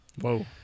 Whoa